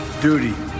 Duty